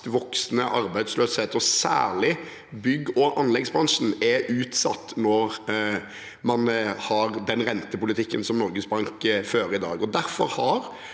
voksende arbeidsløshet, og særlig bygg- og anleggsbransjen er utsatt når man har den rentepolitikken som Norges Bank fører i dag. Derfor har